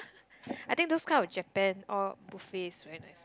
I think those kind of Japan all buffets right